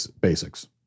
basics